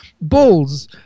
bulls